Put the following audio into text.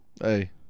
Hey